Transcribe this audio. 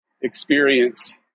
experience